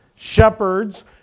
shepherds